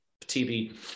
TV